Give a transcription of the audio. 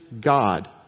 God